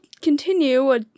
continue